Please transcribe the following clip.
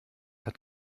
hat